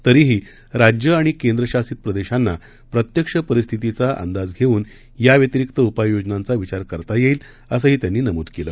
तरीहीराज्यंआणिकेंद्रशासितप्रदेशांनाप्रत्यक्षपरिस्थितीचाअंदाजघेऊनयाव्यतिरिक्तउपाययोजनांचाविचारकरतायेईलअसंहीत्यांनीनमूदकेलं